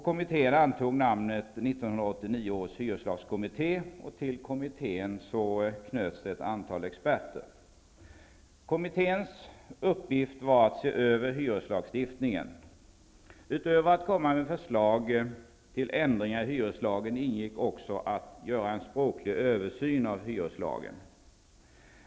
Kommittén antog namnet 1989 års hyreslagskommitté. Till kommittén knöts ett antal experter. Kommitténs uppgift var att se över hyreslagstiftningen. Utöver att komma med förslag till ändringar i hyreslagen ingick också att göra en språklig översyn av hyreslagen.